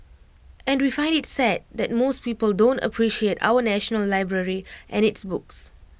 and we find IT sad that most people don't appreciate our National Library and its books